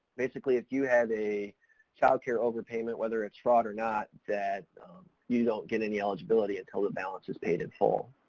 basically if you have a child care overpayment whether it's fraud or not, that you don't get any eligibility until the balance is paid in full.